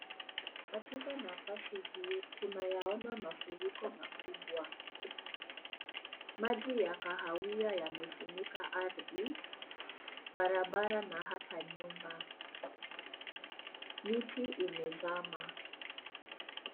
Katika nafasi hii, tunayaona mafuriko makubwa. Maji ya kahawia yamefunika ardhi, barabara na hata nyumba. Miti imezama.